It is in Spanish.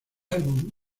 álbum